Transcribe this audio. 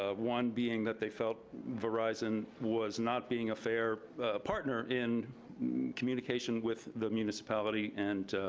ah one being that they felt verizon and was not being a fair partner in communication with the municipality, and